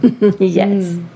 Yes